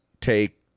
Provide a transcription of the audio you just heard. take